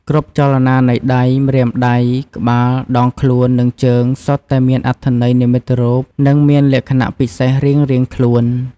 គ្រប់ចលនានៃដៃ ម្រាមដៃ ក្បាល ដងខ្លួន និងជើង សុទ្ធតែមានអត្ថន័យនិមិត្តរូប និងមានលក្ខណៈពិសេសរៀងៗខ្លួន។